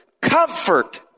comfort